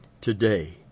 Today